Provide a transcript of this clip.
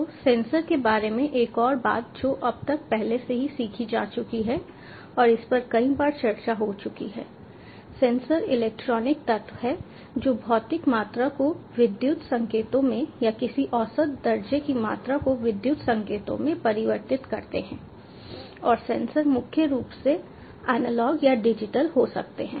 तो सेंसर के बारे में एक और बात जो अब तक पहले से ही सीखी जा चुकी है और इस पर कई बार चर्चा हो चुकी है सेंसर इलेक्ट्रॉनिक तत्व हैं जो भौतिक मात्रा को विद्युत संकेतों में या किसी औसत दर्जे की मात्रा को विद्युत संकेतों में परिवर्तित करते हैं और सेंसर मुख्य रूप से एनालॉग या डिजिटल हो सकते हैं